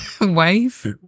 wife